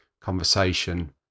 conversation